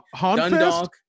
Dundalk